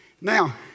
Now